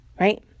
right